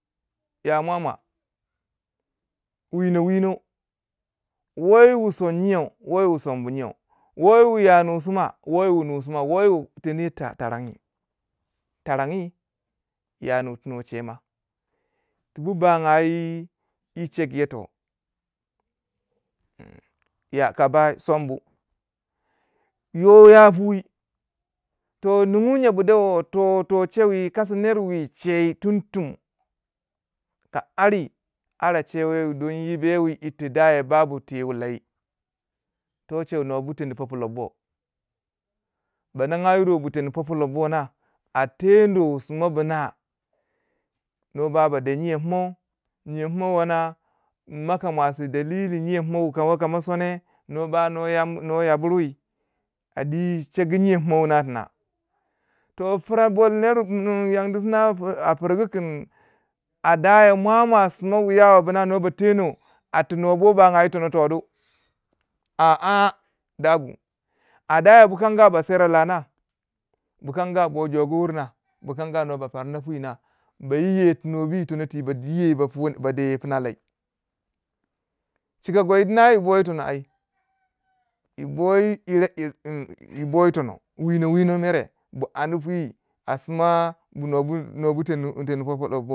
ya mwamwa winowino woyi wuson nyiyau woyiwu sombu nyiyau, wo yi wu ya nu sima, wo yiwu nu sima, wo yi wu teni ye ta tarangi ya nu tu no che ma, ti bu bangayi yi cheguyo to ny ya ka bai sombu no ya piu to yi ningu nye bu de wo to chew yi kasi ner wu cheu tumtum ka ari ara chewe wu don yi yir ti daya bagu ti wulai to cheu nwo bu twenda bulo bo, ba nanga yiro bu twend a pula bo nah a teno sima bina nwo ba ba de nyiyau pimau nyiyau pima wo ma maka mausi dalili nyiyau pima wu ka ma soneh nwo ba nwo ya buri a diu chegu nyiyau pina tina toh pira wu bol ner wu kingu landi sina a pirgu kun, a daya mwamwa sima wuya wa bina nwo ba teno a tu nuwa bo bangai yi tono to du a a da bu a daya bukanga ba sera la na, bu kanga bo jogu wurna, bukanga nwo ba pana pi na ba yiwe ti nwo bi yi tono ti ba deyo pina lai chika gwai dina yi boyi tono ai yi boyi ire nyi nyi yi boyi tono wino wino nere bu an pui a sima nwo bu nwo bu ten no bo do.